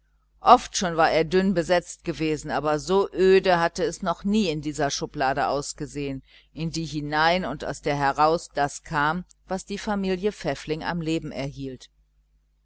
oft schon war er dünn besetzt gewesen aber so öde hatte es noch nie in dieser schublade ausgesehen in die hinein aus der heraus das kam was die familie pfäffling am leben erhielt